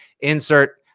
Insert